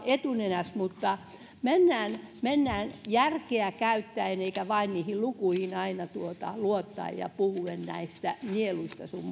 etunenässä mutta mennään mennään järkeä käyttäen eikä vain niihin lukuihin aina luottaen ja puhuen näistä nieluista sun